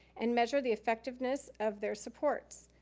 and measure the effectiveness of their supports.